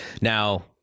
Now